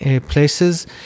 places